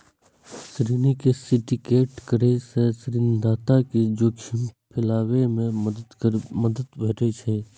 ऋण के सिंडिकेट करै सं ऋणदाता कें जोखिम फैलाबै मे मदति भेटै छै